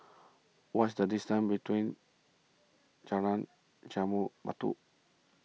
what is the distance between Jalan Jambu Batu